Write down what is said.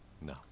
No